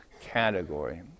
category